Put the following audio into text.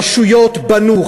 רשויות בנו,